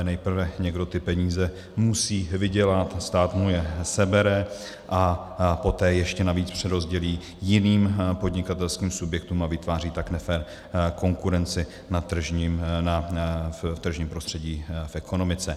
Nejprve někdo ty peníze musí vydělat, a stát mu je sebere a poté ještě navíc přerozdělí jiným podnikatelským subjektům, a vytváří tak nefér konkurenci v tržním prostředí v ekonomice.